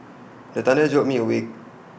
the thunder jolt me awake